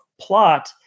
plot